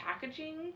Packaging